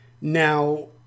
now